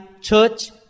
church